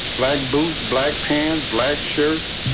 black boots, black pants, black shirts.